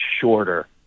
shorter